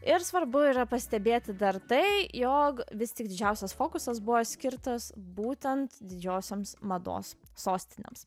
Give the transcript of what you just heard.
ir svarbu yra pastebėti dar tai jog vis tik didžiausias fokusas buvo skirtas būtent didžiosioms mados sostinėms